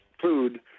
food